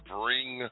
bring